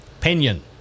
Pinion